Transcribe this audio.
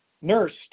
nursed